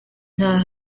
nta